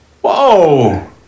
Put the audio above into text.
Whoa